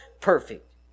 perfect